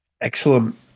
Excellent